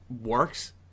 works